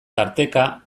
tarteka